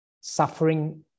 suffering